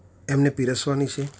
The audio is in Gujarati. એમને પીરસવાની છે